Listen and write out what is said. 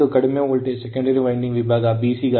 ಮತ್ತು ಕಡಿಮೆ voltage secondary winding ವಿಭಾಗ BC